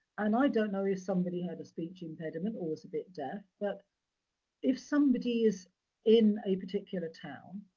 and i don't know if somebody had a speech impediment or is a bit deaf, but if somebody is in a particular town,